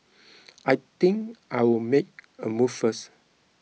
I think I'll make a move first